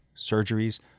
surgeries